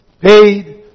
paid